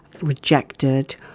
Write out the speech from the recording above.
rejected